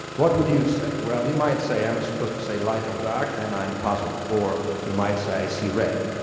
what would you say? well you might say, am i supposed to say light or dark? then i'm puzzled. or you might say, i see red.